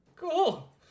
Cool